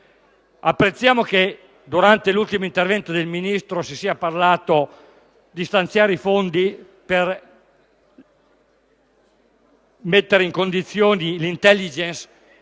Apprezziamo che durante l'ultimo intervento del Ministro si sia parlato di stanziare i fondi per mettere in condizioni l'*intelligence*